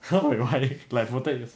!huh! why like protect your